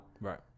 Right